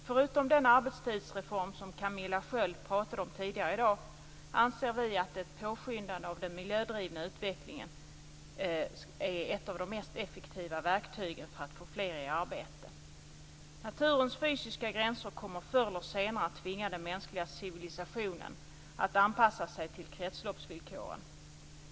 Förutom den arbetstidsreform som Camilla Sköld pratade om tidigare i dag anser vi att ett påskyndande av den miljödrivna utvecklingen är ett av de mest effektiva verktygen för att få fler i arbete. Naturens fysiska gränser kommer förr eller senare att tvinga den mänskliga civilisationen att anpassa sig till kretsloppsvillkoren.